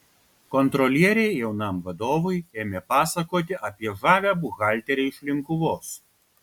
kontrolieriai jaunam vadovui ėmė pasakoti apie žavią buhalterę iš linkuvos